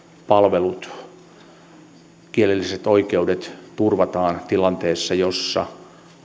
palvelut ja kielelliset oikeudet turvataan tilanteessa jossa